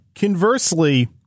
conversely